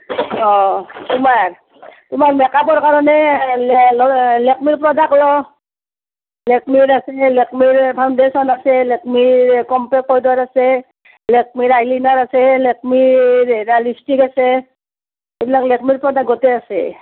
অঁ তোমাৰ তোমাৰ মেকআপৰ কাৰণে লে লেকমিৰ প্ৰডাক্ট ল লেকমিৰ আছে লেকমিৰ ফাউণ্ডেশ্যন আছে লেকমিৰ কমপেক্ট পাউদাৰ আছে লেকমিৰ আইলাইনাৰ আছে লেকমিৰ হেৰি লিপষ্টিক আছে এইবিলাক লেকমিৰ প্ৰডাক্ট গোটেই আছে